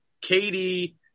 Katie